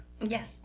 Yes